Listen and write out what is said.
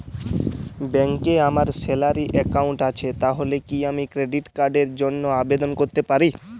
ব্যাংকে আমার salary account আছে তাহলে কি আমি ক্রেডিট কার্ড র জন্য আবেদন করতে পারি?